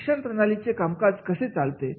तर शिक्षण प्रणालीचे कामकाज कसे चालते